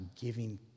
giving